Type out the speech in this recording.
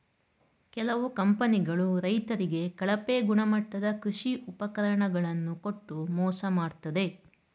ಕೆಲವು ಕಂಪನಿಗಳು ರೈತರಿಗೆ ಕಳಪೆ ಗುಣಮಟ್ಟದ ಕೃಷಿ ಉಪಕರಣ ಗಳನ್ನು ಕೊಟ್ಟು ಮೋಸ ಮಾಡತ್ತದೆ